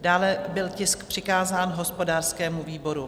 Dále byl tisk přikázán hospodářskému výboru.